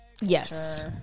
Yes